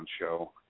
show